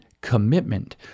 commitment